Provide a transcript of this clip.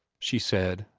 she said,